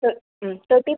thirty